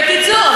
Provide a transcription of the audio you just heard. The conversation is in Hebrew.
בקיצור,